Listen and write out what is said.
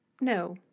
No